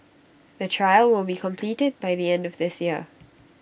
the trial will be completed by the end of this year